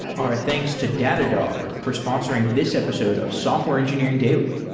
our thanks to datadog for sponsoring this episode of software engineering daily.